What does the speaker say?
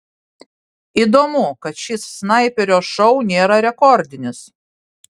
įdomu kad šis snaiperio šou nėra rekordinis